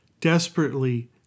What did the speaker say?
desperately